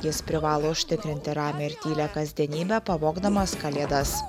jis privalo užtikrinti ramią ir tylią kasdienyę pavogdamas kalėdas